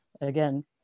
again